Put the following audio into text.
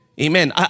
Amen